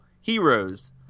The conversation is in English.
heroes